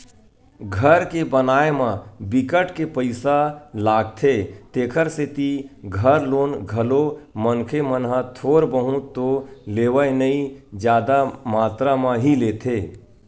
घर के बनाए म बिकट के पइसा लागथे तेखर सेती घर लोन घलो मनखे मन ह थोर बहुत तो लेवय नइ जादा मातरा म ही लेथे